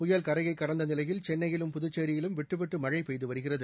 புயல் கரையை கடந்த நிலையில் சென்னையிலும் புதுச்சேரியிலும் விட்டுவிட்டு மழை பெய்து வருகிறது